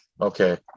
Okay